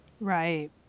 Right